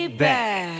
back